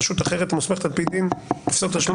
רשות אחרת מוסמכת על פי דין לפסוק תשלום